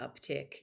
uptick